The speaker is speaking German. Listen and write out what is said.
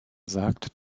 sagt